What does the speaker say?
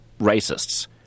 racists